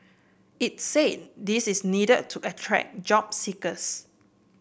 it say this is need to attract job seekers